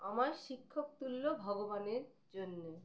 আমার শিক্ষক তুল্য ভগবানের জন্যে